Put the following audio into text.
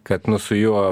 kad su juo